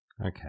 okay